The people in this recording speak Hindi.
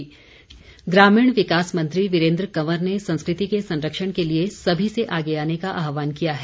वीरेन्द्र कंवर ग्रामीण विकास मंत्री वीरेन्द्र कंवर ने संस्कृति के संरक्षण के लिए सभी से आगे आने का आहवान किया है